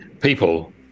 people